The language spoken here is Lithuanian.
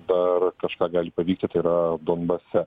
dar kažką gali pavykti tai yra donbase